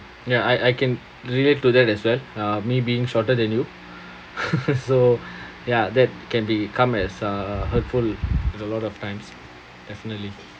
ya I I can relate to that as well uh me being shorter than you so ya that can become as uh hurtful it's a lot of times definitely